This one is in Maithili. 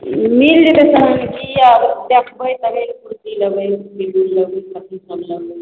मिल जेतै तहन की आब देखबै तनि कुर्ती लबै सब्जी सब लबै